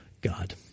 God